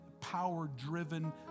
power-driven